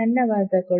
ಧನ್ಯವಾದಗಳು